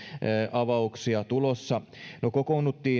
avauksia tulossa no kokoonnuimme